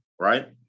right